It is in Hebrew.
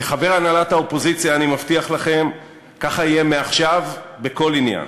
כחבר הנהלת האופוזיציה אני מבטיח לכם: ככה יהיה עכשיו בכל עניין.